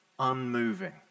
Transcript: Unmoving